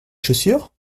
chaussures